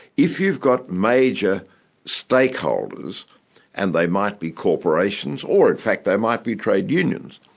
if you've got major stakeholders and they might be corporations, or in fact they might be trade unions,